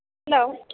hello